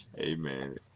Amen